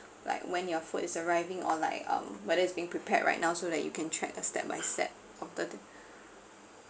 like when your food is arriving or like um whether it's being prepared right now so that you can track a step by step of the